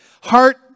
Heart